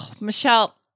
Michelle